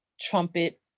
trumpet